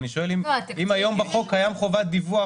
אני שואל אם היום בחוק קיים חובת דיווח